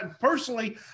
personally